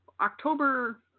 October